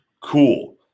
Cool